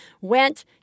Went